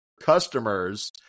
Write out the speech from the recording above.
customers